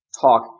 talk